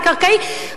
על-קרקעית.